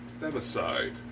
femicide